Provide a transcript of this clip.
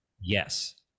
yes